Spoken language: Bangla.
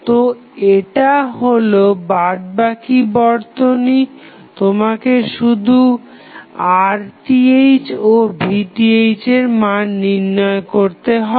তো এটা হলো বাদবাকি বর্তনী তোমাকে শুধু Rth ও Vth এর মান নির্ণয় করতে হবে